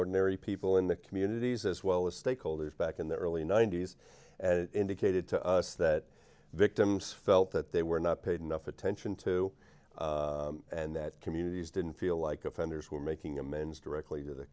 ordinary people in the communities as well as stakeholders back in the early ninety's indicated to us that victims felt that they were not paid enough attention to and that communities didn't feel like offenders were making amends directly to the